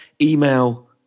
email